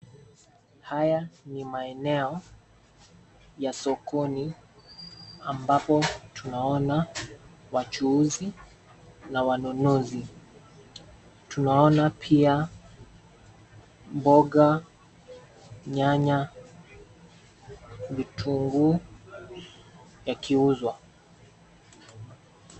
Haya ni maeneo ya sokoni, ambapo tunaona wachuuzi, na wanunuzi. Tunaona pia mboga ,nyanya ,vitunguu yakiuzwa.